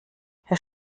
herr